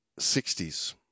60s